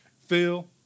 Phil